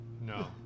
No